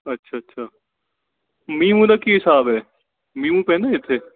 ਅੱਛ ਅੱਛਾ ਮੀਂਹ ਮੂਹ ਦਾ ਕੀ ਹਿਸਾਬ ਹੈ ਮੀਂਹ ਮੂਹ ਪੈਂਦਾ ਇੱਥੇ